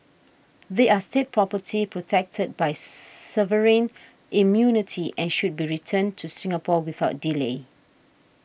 they are State property protected by sovereign immunity and should be returned to Singapore without delay